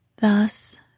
Thus